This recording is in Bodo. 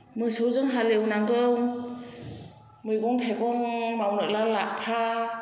मोसौजों हाल एवनांगौ मैगं थायगं मावनोब्ला लाफा